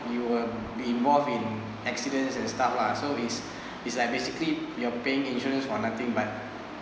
you will be more in accident and stuff lah so is is like basically you're paying insurance for nothing but